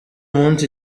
munsi